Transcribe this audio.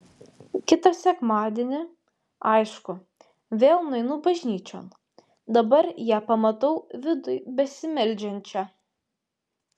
kitą sekmadienį aišku vėl nueinu bažnyčion dabar ją pamatau viduj besimeldžiančią